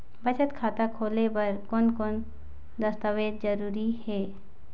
बचत खाता खोले बर कोन कोन दस्तावेज जरूरी हे?